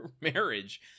marriage